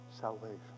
salvation